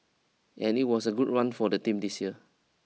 and it was a good run for the team this year